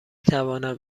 توانم